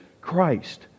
Christ